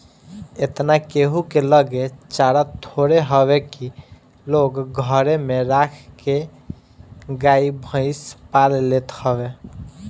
एतना केहू के लगे चारा थोड़े हवे की लोग घरे में राख के गाई भईस पाल लेत हवे